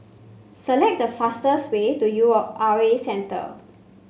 select the fastest way to U O R A Centre